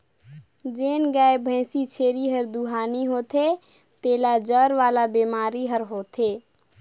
जेन गाय, भइसी, छेरी हर दुहानी होथे तेला जर वाला बेमारी हर होथे